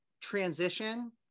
transition